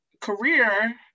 career